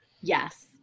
yes